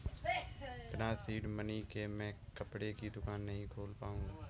बिना seed money के मैं कपड़े की दुकान नही खोल पाऊंगा